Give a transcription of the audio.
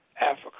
Africa